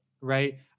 right